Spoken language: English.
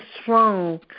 strong